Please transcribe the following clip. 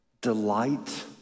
delight